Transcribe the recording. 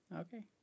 okay